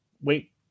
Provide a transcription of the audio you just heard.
wait